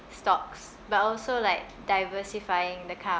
stocks but also like diversifying the kind